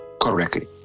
correctly